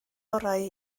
orau